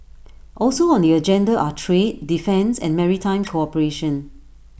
also on the agenda are trade defence and maritime cooperation